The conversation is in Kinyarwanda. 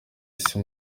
isi